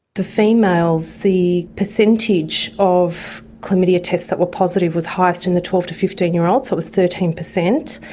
the females, the percentage of chlamydia tests that were positive was highest in the twelve to fifteen year olds, so it was thirteen percent.